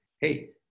Hey